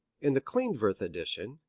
in the klindworth edition,